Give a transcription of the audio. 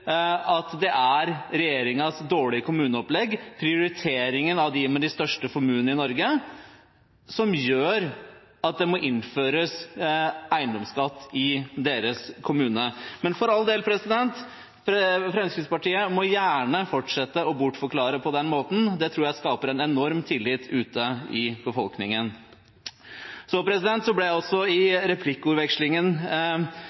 at det er regjeringens dårlige kommuneopplegg og prioriteringen av dem med de største formuene i Norge som gjør at det må innføres eiendomsskatt i deres kommune Men for all del: Fremskrittspartiet må gjerne fortsette å bortforklare på den måten. Det tror jeg skaper en enorm tillit ute i befolkningen.